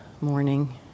morning